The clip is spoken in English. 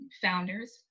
founders